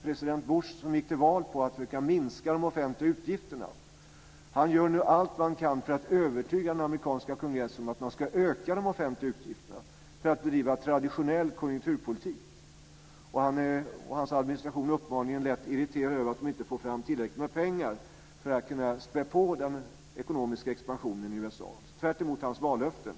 President Bush, som gick till val på att de offentliga utgifterna skulle minska, gör nu allt vad han kan för att övertyga den amerikanska kongressen om att man ska öka de offentliga utgifterna för att bedriva en traditionell konjunkturpolitik. Hans administration är uppenbarligen lätt irriterad över att man inte får fram tillräckligt med pengar för att späda på den ekonomiska expansionen i USA. Det är ju tvärtemot hans vallöften.